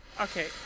okay